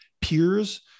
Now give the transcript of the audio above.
peers